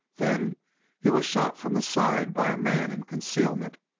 then he was shot from the side by a man in concealment.